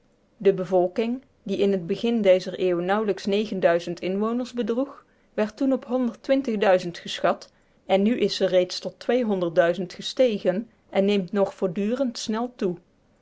de bevolking die in het begin dezer eeuw nauwelijks inwoners bedroeg werd toen op geschat en nu is ze reeds tot gestegen en neemt nog voortdurend snel toe